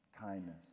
kindness